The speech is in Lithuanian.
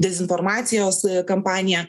dezinformacijos kampanija